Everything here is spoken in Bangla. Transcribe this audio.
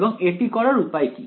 এবং এটি করার উপায় কি